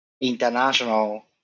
international